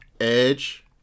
Edge